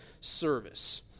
service